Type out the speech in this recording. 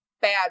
bad